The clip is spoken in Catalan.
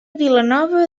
vilanova